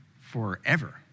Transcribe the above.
forever